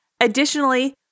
Additionally